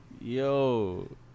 Yo